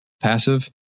passive